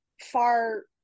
far